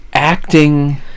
acting